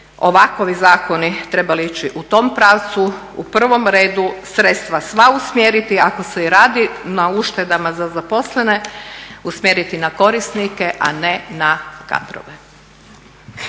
ovakvi zakoni trebali ići u tom pravcu, u prvom redu sredstva sva usmjeriti ako se i radi na uštedama za zaposlene, usmjeriti na korisnike, a ne na kadrove.